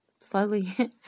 Slowly